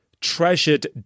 treasured